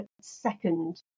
second